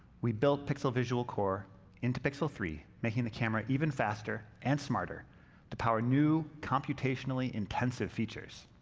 we built pixel visual core into pixel three making the camera even faster and smarter to power new computationally intensive features.